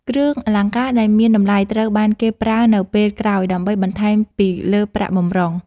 គ្រឿងអលង្ការដែលមានតម្លៃត្រូវបានគេប្រើនៅពេលក្រោយ ដើម្បីបន្ថែមពីលើប្រាក់បម្រុង។